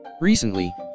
Recently